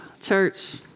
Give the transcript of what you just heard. church